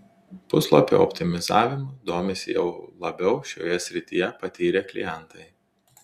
puslapio optimizavimu domisi jau labiau šioje srityje patyrę klientai